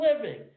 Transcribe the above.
living